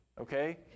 okay